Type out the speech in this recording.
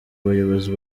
abayobozi